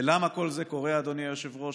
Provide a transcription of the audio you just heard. ולמה כל זה קורה, אדוני היושב-ראש?